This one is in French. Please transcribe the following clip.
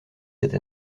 cette